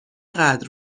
قدر